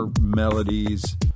melodies